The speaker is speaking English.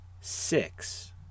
six